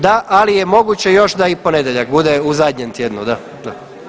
Da, ali je moguće još da i ponedjeljak bude u zadnjem tjednu, da, da.